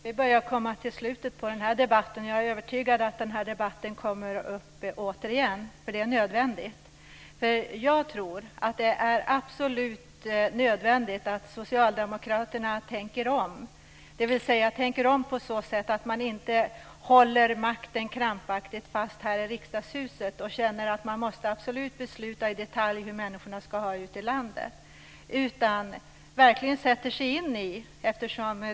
Fru talman! Vi börjar komma till slutet på den här debatten. Jag är övertygad om att den kommer upp igen, för det är nödvändigt. Jag tror att det är absolut nödvändigt att socialdemokraterna tänker om, dvs. inte krampaktigt håller fast makten här i Riksdagshuset och känner att man absolut måste besluta i detalj hur människorna ska ha det ute i landet.